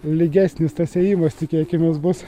lygesnis tas ėjimas tikėkimės bus